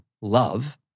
love